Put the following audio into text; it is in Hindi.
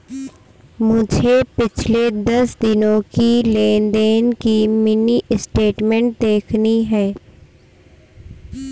मुझे पिछले दस दिनों की लेन देन की मिनी स्टेटमेंट देखनी है